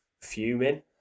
fuming